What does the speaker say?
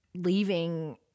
leaving